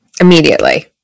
Immediately